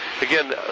again